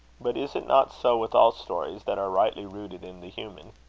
but is it not so with all stories that are rightly rooted in the human?